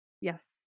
Yes